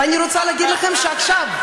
ואני רוצה להגיד לכם שעכשיו,